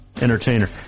entertainer